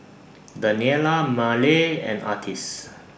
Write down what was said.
Daniela Marley and Artis